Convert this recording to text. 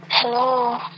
hello